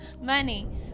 Money